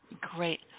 Great